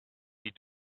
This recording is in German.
die